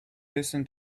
listen